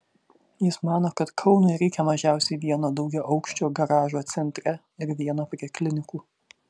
jis mano kad kaunui reikia mažiausiai vieno daugiaaukščio garažo centre ir vieno prie klinikų